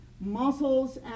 muscles